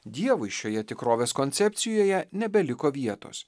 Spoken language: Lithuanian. dievui šioje tikrovės koncepcijoje nebeliko vietos